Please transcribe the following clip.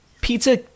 Pizza